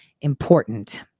important